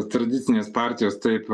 tradicinės partijos taip